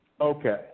Okay